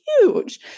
huge